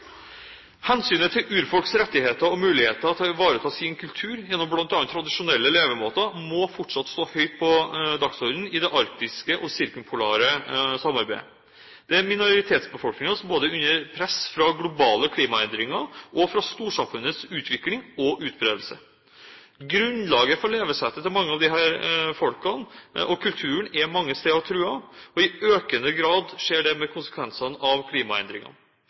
Hensynet til urfolks rettigheter og deres mulighet til å ivareta sin kultur gjennom bl.a. tradisjonelle levemåter må fortsatt stå høyt på dagsordenen i det arktiske og sirkumpolare samarbeidet. Minoritetsbefolkninger er under press på grunn av både globale klimaendringer og storsamfunnets utvikling og utbredelse. Grunnlaget for levesettet og kulturen til mange av disse menneskene er mange steder truet, og i økende grad skjer det som konsekvens av klimaendringene.